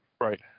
Right